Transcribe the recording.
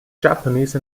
japanese